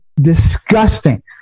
disgusting